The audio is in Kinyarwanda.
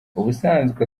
ubusanzwe